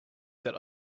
that